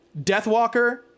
Deathwalker